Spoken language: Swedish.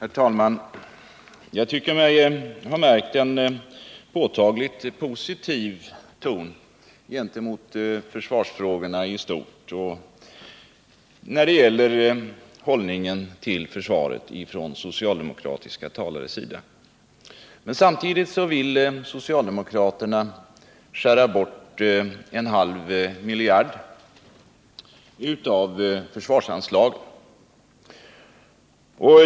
Herr talman! Jag tycker mig ha märkt en påtagligt positiv ton från socialdemokratiska talares sida när det gäller försvarsfrågorna i stort och när det gäller hållningen till försvaret. Socialdemokraterna vill emellertid hugga bort en halv miljard från försvarsanslagen.